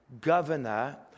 governor